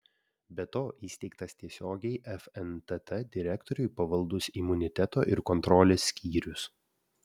be to įsteigtas tiesiogiai fntt direktoriui pavaldus imuniteto ir kontrolės skyrius